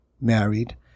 married